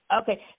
Okay